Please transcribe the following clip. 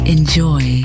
Enjoy